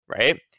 right